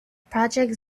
project